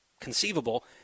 conceivable